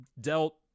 dealt